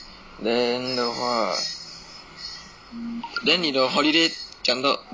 then 的话 then 你的 holiday 讲到